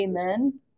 Amen